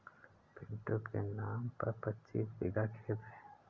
पिंटू के नाम पर पच्चीस बीघा खेत है